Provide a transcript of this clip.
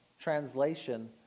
translation